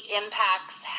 impacts